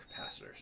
capacitors